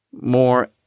more